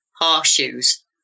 horseshoes